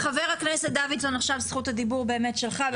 חה"כ דוידסון, עכשיו זכות הדיבור באמת שלך.